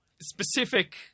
specific